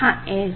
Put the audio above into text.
हाँ ऐसे